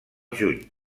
juny